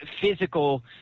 physical